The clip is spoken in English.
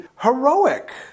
heroic